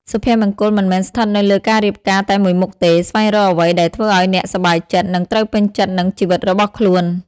សុភមង្គលមិនមែនស្ថិតនៅលើការរៀបការតែមួយមុខទេ ស្វែងរកអ្វីដែលធ្វើឲ្យអ្នកសប្បាយចិត្ត និងត្រូវពេញចិត្តនឹងជីវិតរបស់ខ្លួន ។